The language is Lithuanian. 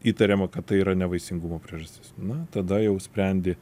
įtariama kad tai yra nevaisingumo priežastis na tada jau sprendi